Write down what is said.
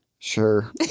Sure